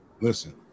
Listen